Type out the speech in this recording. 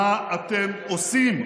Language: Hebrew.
מה אתם עושים?